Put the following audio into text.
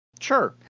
sure